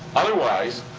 otherwise,